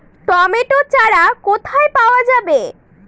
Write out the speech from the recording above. Tomato চারা কোথায় পাওয়া যাবে?